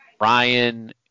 Ryan